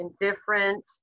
indifferent